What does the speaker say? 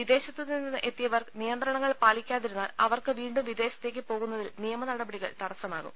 വിദേശത്തുനിന്ന് എത്തിയവർ നിയന്ത്രണങ്ങൾ പാലിക്കാതിരുന്നാൽ അവർക്ക് വീണ്ടും വിദേ ശത്തേക്ക് പോകുന്നതിൽ നിയമനടപടികൾ തടസ്സമാകും